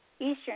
Eastern